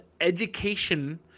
education